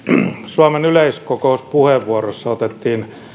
suomen yleiskokouspuheenvuorossa otettiin